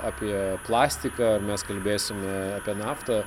apie plastiką ar mes kalbėsim apie naftą